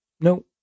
No